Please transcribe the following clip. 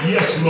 Yes